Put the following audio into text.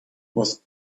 was